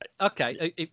Okay